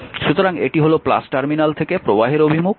সুতরাং এটি হল টার্মিনাল থেকে প্রবাহের অভিমুখ